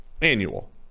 annual